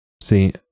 See